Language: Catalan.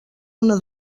una